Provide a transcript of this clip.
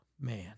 man